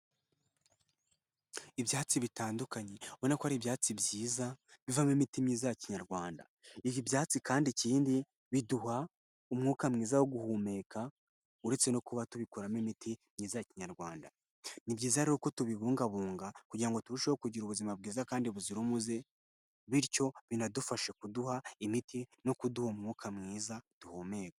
Ibyatsi bitandukanye, ubona ko ari ibyatsi byiza bivamo imitima myiza ya kinyarwanda. Ibi ibyatsi kandi ikindi biduha umwuka mwiza wo guhumeka uretse no kuba tubikoramo imiti myiza kinyarwanda. Ni byiza rero ko tubibungabunga kugira ngo turusheho kugira ubuzima bwiza kandi buzira umuze, bityo binadufashe kuduha imiti no kuduha umwuka mwiza duhumeka.